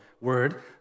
word